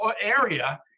area